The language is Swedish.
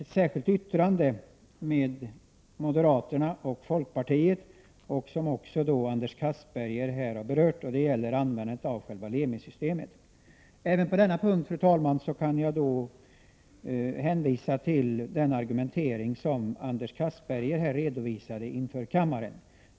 Men vi har också tillsammans med moderaterna och folkpartiet 26 april 1989 avgett ett särskilt yttrande, som Anders Castberger här tidigare berörde. Yttrandet avser användandet av Lemi-systemet. Även på denna punkt, fru talman, hänvisar jag till Anders Castbergers argumentering.